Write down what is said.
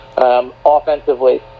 Offensively